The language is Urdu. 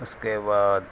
اس کے بعد